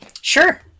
sure